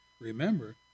remember